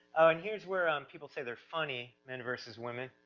oh and here's where um people say they're funny, men versus women.